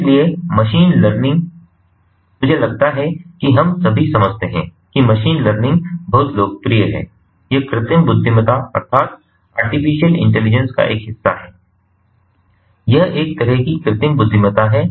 इसलिए machine learning मुझे लगता है कि हम सभी समझते हैं कि मशीन लर्निंग बहुत लोकप्रिय है यह कृत्रिम बुद्धिमत्ता का एक हिस्सा है यह एक तरह की कृत्रिम बुद्धिमत्ता है